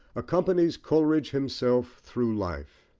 accompanies coleridge himself through life.